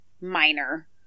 minor